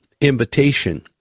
invitation